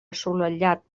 assolellat